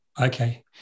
Okay